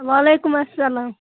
وعلیکُم السلام